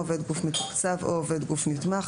"עובד גוף מתוקצב" או "עובד גוף נתמך"